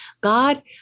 God